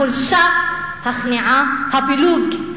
החולשה, הכניעה, הפילוג,